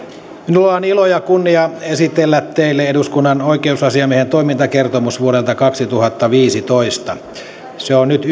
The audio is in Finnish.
on ilo ja kunnia esitellä teille eduskunnan oikeusasiamiehen toimintakertomus vuodelta kaksituhattaviisitoista se on nyt